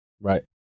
Right